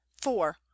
four